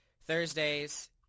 Thursdays